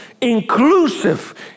inclusive